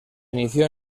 inició